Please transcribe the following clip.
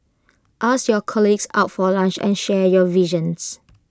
ask your colleagues out for lunch and share your visions